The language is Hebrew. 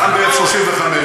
אתה חוזר להפחדות.